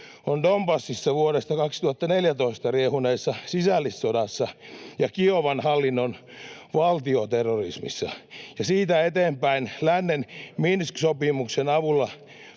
on Donbasissa vuodesta 2014 riehuneessa sisällissodassa ja Kiovan hallinnon valtioterrorismissa ja siitä eteenpäin lännen Minsk-sopimuksen avulla